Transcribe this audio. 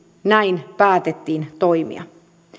näin päätettiin toimia